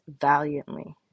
valiantly